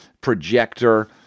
projector